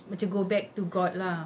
macam go back to god lah